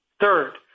Third